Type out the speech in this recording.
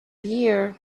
year